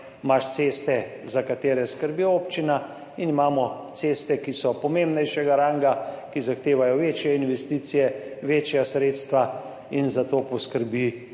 imaš ceste za katere skrbi občina in imamo ceste, ki so pomembnejšega ranga, ki zahtevajo večje investicije, večja sredstva in za to poskrbi